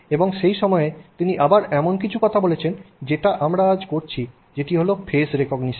এবং সেই সময়ে তিনি আবার এমন কিছু কথা বলেছেন যেটা আমরা আজ করছি সেটি হল ফেস রিকগনিশন